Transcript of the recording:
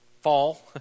fall